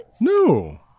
No